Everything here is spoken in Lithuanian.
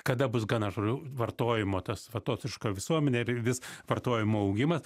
kada bus gana žodžiu vartojimo tas vartotojiška visuomenė ir vis vartojimo augimas